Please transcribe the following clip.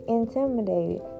intimidated